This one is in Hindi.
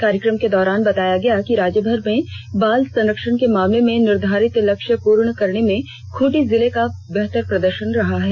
कार्यक्रम के दौरान बताया गया कि राज्यभर में बाल संरक्षण के मामले में निर्धारित लक्ष्य पूर्ण करने में खूंटी जिले का बेहतर प्रदर्शन रहा है